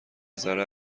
ذره